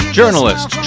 journalist